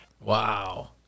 Wow